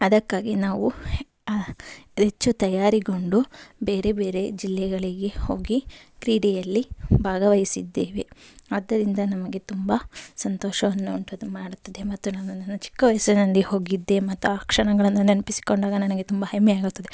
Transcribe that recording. ಅದಕ್ಕಾಗಿ ನಾವು ಹೆಚ್ಚು ತಯಾರಿಗೊಂಡು ಬೇರೆ ಬೇರೆ ಜಿಲ್ಲೆಗಳಿಗೆ ಹೋಗಿ ಕ್ರೀಡೆಯಲ್ಲಿ ಭಾಗವಹಿಸಿದ್ದೇವೆ ಆದ್ದರಿಂದ ನಮಗೆ ತುಂಬ ಸಂತೋಷವನ್ನುಂಟು ಮಾಡುತ್ತದೆ ಮತ್ತು ನಾನು ನನ್ನ ಚಿಕ್ಕವಯಸ್ಸಿನಲ್ಲಿ ಹೋಗಿದ್ದೆ ಮತ್ತು ಆ ಕ್ಷಣಗಳನ್ನು ನೆನಪಿಸಿಕೊಂಡಾಗ ನನಗೆ ತುಂಬ ಹೆಮ್ಮೆ ಆಗುತ್ತದೆ